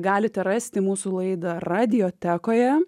galite rasti mūsų laidą radiotekoje